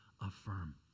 affirm